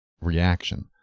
reaction